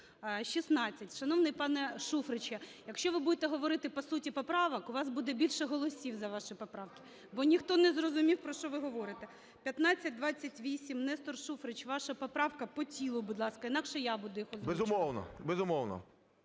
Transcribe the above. За-16 Шановний пане Шуфриче, якщо ви будете говорити по суті поправок, у вас буде більше голосів за ваші поправки, бо ніхто не зрозумів, про що ви говорите. 1528. Нестор Шуфрич, ваша поправка. По тілу, будь ласка, інакше я буду їх озвучувати.